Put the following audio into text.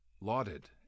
lauded